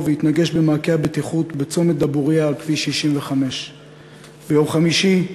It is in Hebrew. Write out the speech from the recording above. והתנגש במעקה הבטיחות בצומת דבורייה על כביש 65. ביום חמישי,